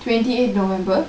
twenty eight november